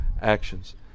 actions